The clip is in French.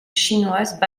chinoise